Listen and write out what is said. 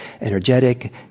energetic